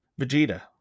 Vegeta